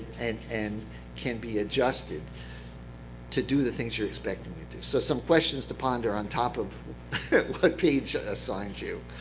and and can be adjusted to do the things you're expecting it to. so some questions to ponder on top of what paige assigned to.